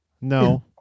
No